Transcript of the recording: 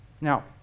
Now